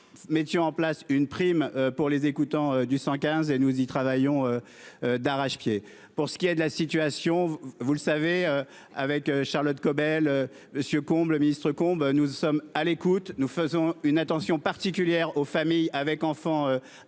Mettions en place une prime pour les écoutants du 115, et nous y travaillons. D'arrache-pied pour ce qui est de la situation. Vous le savez avec Charlotte Caubel monsieur comble Ministre Combe. Nous sommes à l'écoute, nous faisons une attention particulière aux familles avec enfants